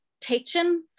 teaching